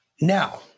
Now